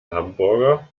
hamburger